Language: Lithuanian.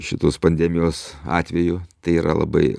šitos pandemijos atveju tai yra labai